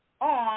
on